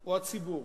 או הציבור.